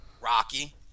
Rocky